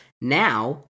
now